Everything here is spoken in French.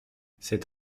c’est